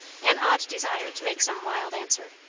an odd desire to make some wild answer.